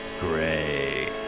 gray